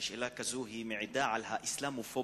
ששאלה כזאת מעידה על "אסלאמופוביה",